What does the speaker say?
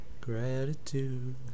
Gratitude